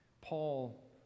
Paul